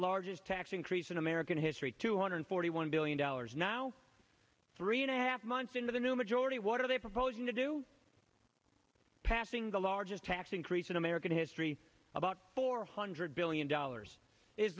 largest tax increase in american history two hundred forty one billion dollars now three and a half months into the new majority what are they proposing to do passing the largest tax increase in american history about four hundred billion dollars is